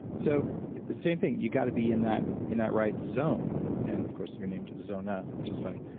so same thing, you've got to be in that in that right zone and of course you named zona, which is funny.